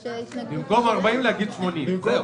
במקום 40 קילומטר להגיד 80 קילומטר.